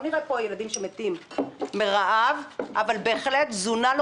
לא נראה פה ילדים שמתים מרעב אבל בהחלט תזונה לא